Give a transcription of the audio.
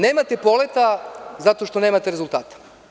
Nemate poleta zato što nemate rezultata.